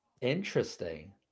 Interesting